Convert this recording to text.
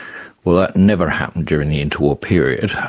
well, that never happened during the inter-war period.